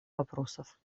вопросов